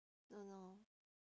don't know